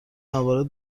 موارد